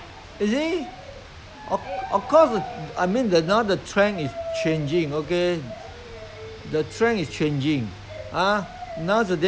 go for their living they try to earn the money for living then they where got time to take care of so many kid at the same time so I mean sometimes they just let the kid to